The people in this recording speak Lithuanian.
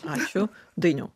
ačiū dainiau